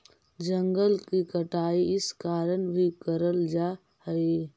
जंगल की कटाई इस कारण भी करल जा हई